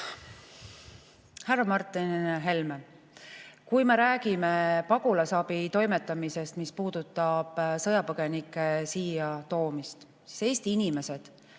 Härra Martin Helme! Kui me räägime pagulasabist, mis puudutab sõjapõgenike siia toomist, siis Eesti inimesed